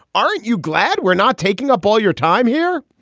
aren't you glad we're not taking up all your time here?